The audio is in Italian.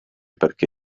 perché